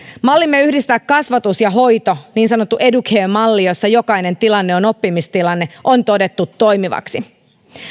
mallimme yhdistää kasvatus ja hoito niin sanottu educare malli jossa jokainen tilanne on oppimistilanne on todettu toimivaksi